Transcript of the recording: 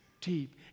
deep